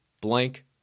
blank